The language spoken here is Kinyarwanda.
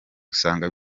usanga